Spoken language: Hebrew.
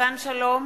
סילבן שלום,